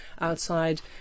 outside